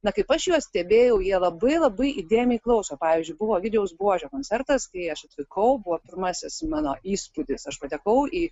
na kaip aš juos stebėjau jie labai labai įdėmiai klauso pavyzdžiui buvo egidijaus buožio koncertas kai aš atvykau buvo pirmasis mano įspūdis aš patekau į